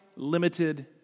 limited